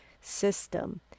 system